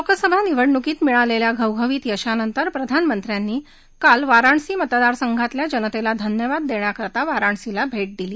लोकसभा निवडणुकीत मिळालेल्या घवघवीत यशानंतर प्रधानमंत्र्यांनी काल मतदारसंघातल्या जनतेला धन्यवाद देण्याकरता वाराणसीला भे दिली